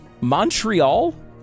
Montreal